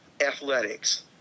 athletics